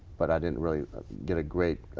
but i didn't really get a great.